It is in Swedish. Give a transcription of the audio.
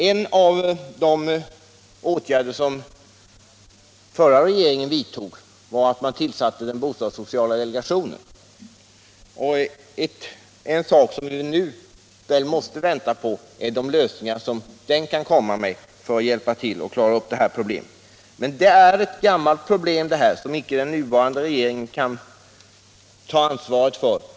En av de åtgärder som den förra regeringen vidtog var att tillsätta den bostadssociala delegationen, och vi måste väl nu vänta på de lösningar som den kan föreslå för att klara upp problemet. Men detta är alltså ett gammalt problem, som den nuvarande regeringen icke kan ta ansvaret för.